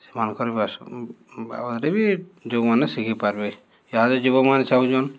ସେମାନ୍ଙ୍କର ବାବଦ୍ରେ ବି ଯୁବକ୍ମାନେ ଶିଖିପାର୍ବେ ଇହାଦେ ଯୁବକ୍ମାନେ ଚାହୁଁଚନ୍